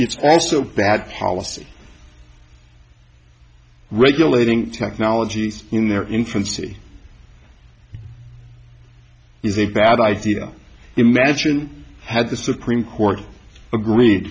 it's also bad policy regulating technologies in their infancy is a bad idea imagine had the supreme court agreed